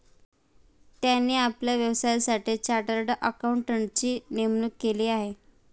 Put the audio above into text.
त्यांनी आपल्या व्यवसायासाठी चार्टर्ड अकाउंटंटची नेमणूक केली आहे